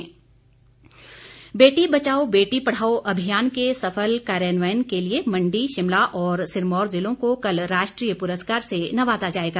पुरस्कार बेटी बचाओ बेटी पढ़ाओ अभियान के सफल कार्यान्वयन के लिए मंडी शिमला और सिरमौर जिलों को कल राष्ट्रीय पुरस्कार से नवाजा जाएगा